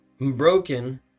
broken